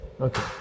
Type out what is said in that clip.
Okay